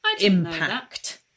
impact